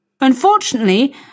Unfortunately